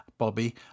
Bobby